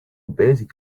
basic